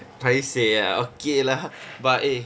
paiseh ah okay lah but eh